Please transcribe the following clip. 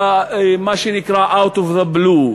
מה שנקרא out of the blue.